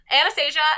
Anastasia